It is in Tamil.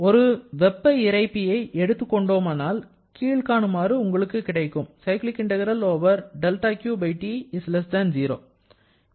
ஒரு வெப்ப இறைப்பியை எடுத்துக் கொண்டோமானால் கீழ்காணுமாறு உங்களுக்கு கிடைக்கும்